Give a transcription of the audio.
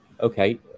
Okay